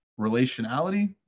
relationality